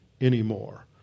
anymore